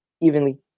evenly